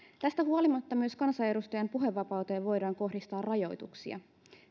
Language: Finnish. tästä huolimatta myös kansanedustajan puhevapauteen voidaan kohdistaa rajoituksia